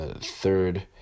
third